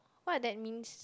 what that means